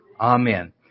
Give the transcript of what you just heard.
Amen